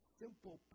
simple